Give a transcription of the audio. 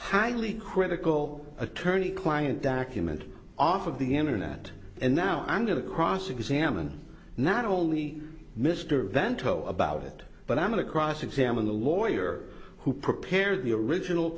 highly critical attorney client document off of the internet and now i'm going to cross examine not only mr vento about it but i'm going to cross examine the lawyer who prepared the original